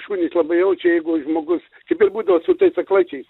šunys labai jaučia jeigu žmogus kaip ir būdavo su tais aklaisiais